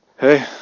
Hey